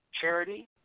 charity